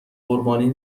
قربانی